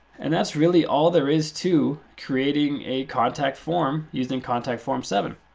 and that's really all there is to creating a contact form using contact form seven.